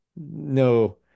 no